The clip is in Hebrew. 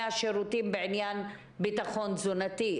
שירותים שונים מבחינת ביטחון תזונתי,